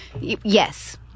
Yes